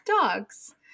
dogs